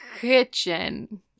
kitchen